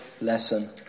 lesson